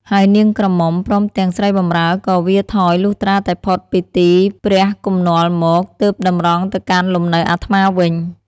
ហើយនាងក្រមុំ ព្រមទាំងស្រីបម្រើក៏វារថយ លុះត្រាតែផុតពីទីព្រះគំនាល់មក ទើបតម្រង់ទៅកាន់លំនៅអាត្មាវិញ ។